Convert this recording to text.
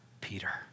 Peter